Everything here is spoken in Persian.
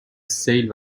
سیل